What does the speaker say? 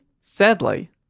Sadly